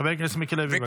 חבר הכנסת מיקי לוי, בבקשה.